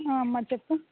అమ్మా చెప్పు